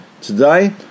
today